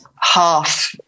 half